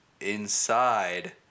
inside